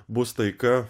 bus taika